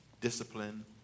discipline